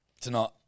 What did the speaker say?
Tonight